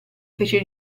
fece